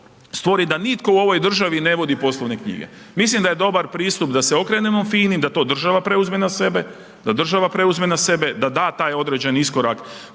stvori da nitko u ovoj državni ne vodi poslovne knjige. Mislim da je dobar pristup da se okrenemo FINI, da to država preuzme na sebe, da država preuzme na